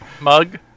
mug